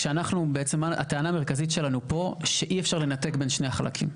בעצם הטענה המרכזית שלנו פה שאי אפשר לנתק בין שני החלקים.